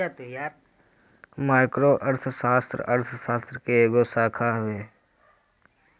micro अर्थशास्त्र, अर्थशास्त्र के एगो शाखा हवे